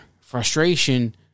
frustration